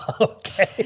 okay